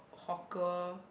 hawker